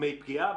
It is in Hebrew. בדמי פגיעה,